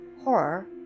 Horror